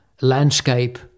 landscape